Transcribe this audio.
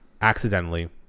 accidentally